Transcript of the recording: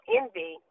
envy